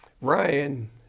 Ryan